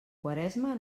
quaresma